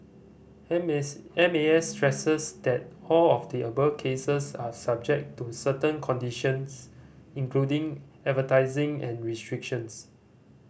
M S M A S stresses that all of the above cases are subject to certain conditions including advertising and restrictions